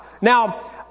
Now